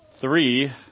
three